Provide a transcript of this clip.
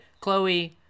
chloe